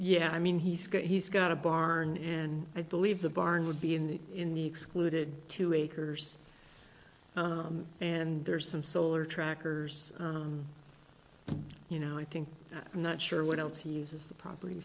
yeah i mean he's got he's got a barn and i believe the barn would be in the in the excluded two acres and there's some solar trackers you know i think i'm not sure what else he uses the property